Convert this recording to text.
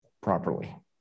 properly